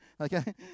Okay